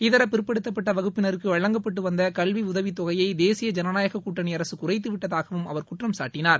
இதரபிற்படுத்தப்பட்ட வகுப்பினருக்கு வழங்கப்பட்டு வந்த கல்வி உதவி தொகைய தேசிய ஜனநாயகக்கூட்டணி அரசு குறைத்து விட்டதாகவும் அவர் குற்றம் சாட்டினார்